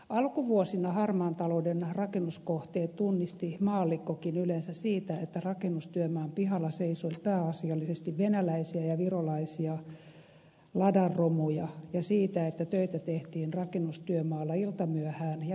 alkuvuosina harmaan talouden rakennuskohteet tunnisti maallikkokin yleensä siitä että rakennustyömaan pihalla seisoi pääasiallisesti venäläisiä ja virolaisia ladan romuja ja siitä että töitä tehtiin rakennustyömaalla iltamyöhään ja viikonloppuisin